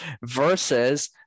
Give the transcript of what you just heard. versus